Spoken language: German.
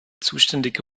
zuständige